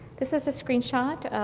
this is a screen shot,